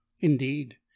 indeed